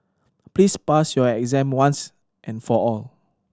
please pass your exam once and for all